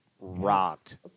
rocked